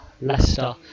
Leicester